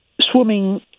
swimming